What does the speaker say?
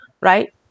right